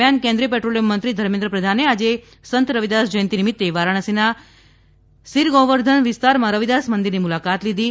દરમિયાન કેન્દ્રીય પેટ્રોલિયમ મંત્રી ધર્મેન્દ્ર પ્રધાન આજે સંત રવિદાસ જયંતિ નિમિત્તે વારાણસીના સીર ગોવર્ધન વિસ્તારમાં રવિદાસ મંદિરની મુલાકાત લીધી હતી